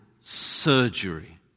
surgery